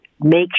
make